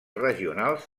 regionals